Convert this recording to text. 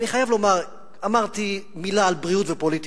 ואני חייב לומר, אמרתי: מלה על בריאות ופוליטיקה.